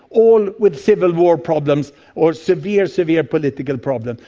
all with civil war problems or severe, severe political problems.